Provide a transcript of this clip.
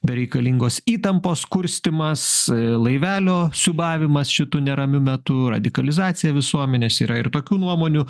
bereikalingos įtampos kurstymas laivelio siūbavimas šitu neramiu metu radikalizacija visuomenės yra ir tokių nuomonių